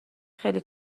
خیلی